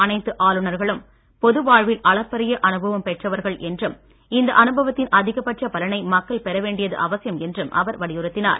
அனைத்து ஆளுநர்களும் பொது வாழ்வில் அளப்பரிய அனுபவம் பெற்றவர்கள் என்றும் இந்த அனுபவத்தின் அதிகப்பட்ச பலனை மக்கள் பெற வேண்டியது அவசியம் என்றும் அவர் வலியுறுத்தினார்